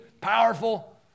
powerful